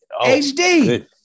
HD